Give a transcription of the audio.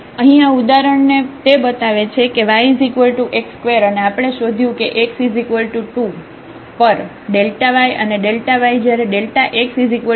તેથી અહીં આ ઉદાહરણ તે બતાવે છે કે yx2 અને આપણે શોધ્યું કે x2 પર y અને y જયારે x1Δx0